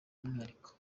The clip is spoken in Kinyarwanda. umwihariko